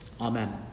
Amen